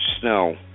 snow